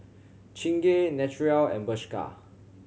Chingay Naturel and Bershka